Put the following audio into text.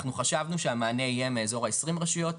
אנחנו חשבנו שהמענה יהיה מאזור ה-20 רשויות מקומיות,